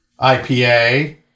IPA